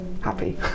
happy